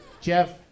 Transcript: Jeff